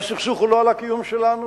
והסכסוך הוא לא על הקיום שלנו.